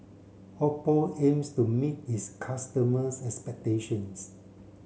Oppo aims to meet its customers' expectations